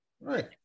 Right